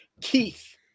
Keith